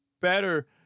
better